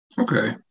Okay